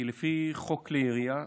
כי לפי חוק כלי ירייה,